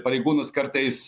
pareigūnus kartais